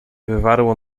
wywarło